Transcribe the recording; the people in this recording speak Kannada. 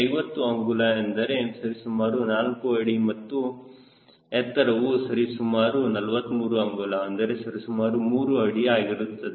50 ಅಂಗುಲ ಎಂದರೆ ಸರಿಸುಮಾರು 4 ಅಡಿ ಮತ್ತು ಎತ್ತರವು ಸರಿಸುಮಾರು 43 ಅಂಗುಲ ಅಂದರೆ ಸರಿಸುಮಾರು 3 ಅಡಿ ಆಗುತ್ತದೆ